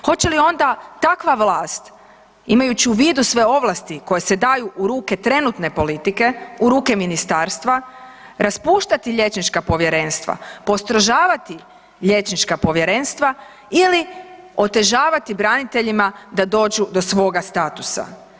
Hoće li onda takva vlast imajući u vidu sve ovlasti koje se daju u ruke trenutne politike, u ruke ministarstva, raspuštati liječnička povjerenstva, postrožavati liječnička povjerenstva ili otežavati braniteljima da dođu do svoga statusa?